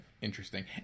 interesting